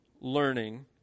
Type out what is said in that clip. learning